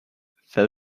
fell